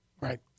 Right